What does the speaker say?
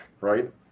right